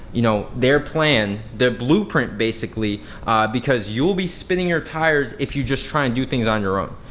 you know their plan, the blueprint basically because you'll be spinning your tires if you just try and do things on your own.